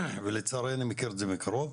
ולצערי אני מכיר את זה מקרוב,